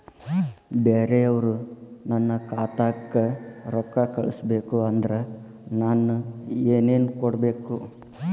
ಬ್ಯಾರೆ ಅವರು ನನ್ನ ಖಾತಾಕ್ಕ ರೊಕ್ಕಾ ಕಳಿಸಬೇಕು ಅಂದ್ರ ನನ್ನ ಏನೇನು ಕೊಡಬೇಕು?